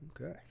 Okay